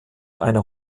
einer